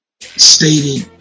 stated